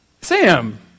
Sam